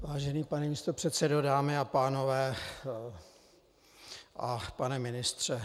Vážený pane místopředsedo, dámy a pánové a pane ministře.